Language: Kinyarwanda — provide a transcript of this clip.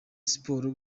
siporo